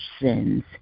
sins